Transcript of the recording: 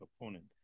opponent